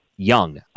Young